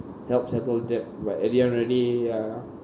help settle debt but at the end of the day uh